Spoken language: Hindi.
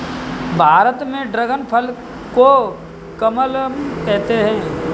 भारत में ड्रेगन फल को कमलम कहते है